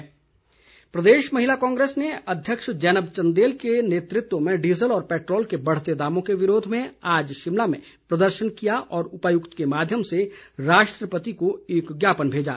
महिला कांग्रेस प्रदेश महिला कांग्रेस ने अध्यक्ष जैनब चंदेल के नेतृत्व में डीज़ल व पैट्रोल के बढ़ते दामों के विरोध में आज शिमला में प्रदर्शन किया और उपायुक्त के माध्यम से राष्ट्रपति को एक ज्ञापन भेजा